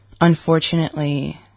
unfortunately